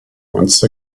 once